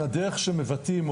הדרך שמבטאים,